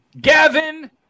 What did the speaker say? Gavin